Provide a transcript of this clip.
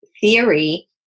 theory